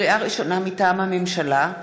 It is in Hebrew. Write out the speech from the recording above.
לקריאה ראשונה, מטעם הממשלה: